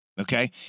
Okay